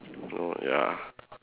oh ya